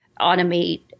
automate